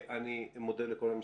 אני מודה לכל המשתתפים.